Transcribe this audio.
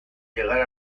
llegar